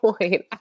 point